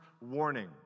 warning